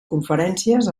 conferències